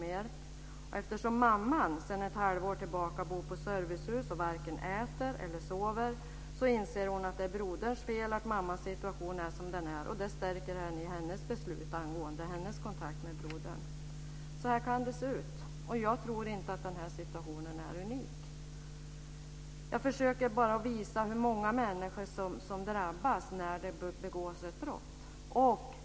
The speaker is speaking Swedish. Mamman bor sedan ett halvår tillbaka på servicehus och varken äter eller sover, och hon anser att det är broderns fel att mammans situation är som den är. Det stärker henne i hennes beslut angående kontakt med brodern. Så här kan det se ut. Jag tror inte att den här situationen är unik. Jag försöker bara visa hur många personer som drabbas när det begås ett brott.